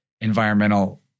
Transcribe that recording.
environmental